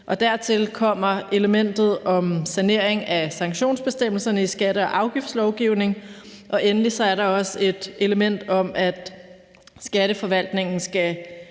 dertil kommer elementet om en sanering af sanktionsbestemmelserne i skatte- og afgiftslovgivningen. Endelig er der også et element om, at skatteforvaltningen skal